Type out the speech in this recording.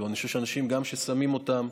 אני חושב שגם כשאנשים שמים אותן,